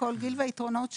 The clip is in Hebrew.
כל גיל והיתרונות שלו,